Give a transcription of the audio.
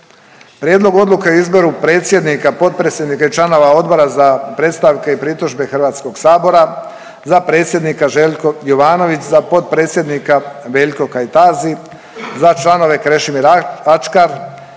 Prijedlog odluke o izboru predsjednika, potpredsjednika i članova Odbora za predstavke i pritužbe HS-a, za predsjednika Željko Jovanović, za potpredsjednika Veljko Kajtazi, za članove Krešimir Ačkar,